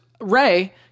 Ray